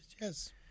yes